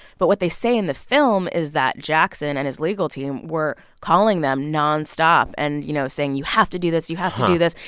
but what they say in the film is that jackson and his legal team were calling them nonstop and, you know, saying, you have to do this. you have to do this.